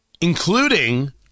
including